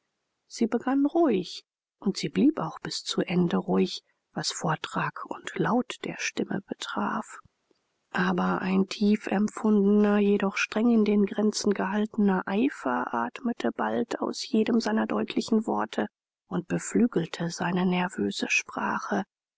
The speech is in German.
sie begann ruhig und sie blieb auch bis zu ende ruhig was vortrag und laut der stimme betraf aber ein tiefempfundener jedoch streng in den grenzen gehaltener eifer atmete bald aus jedem seiner deutlichen worte und beflügelte seine nervöse sprache